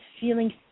feeling